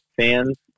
Fans